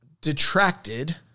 detracted